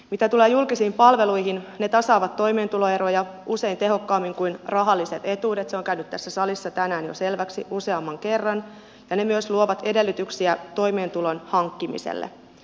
mitä tulee julkisiin palveluihin ne tasaavat toimeentuloeroja usein tehokkaammin kuin rahalliset etuudet se on käynyt tässä salissa tänään selväksi jo useamman kerran ja ne myös luovat edellytyksiä toimeentulon hankkimiselle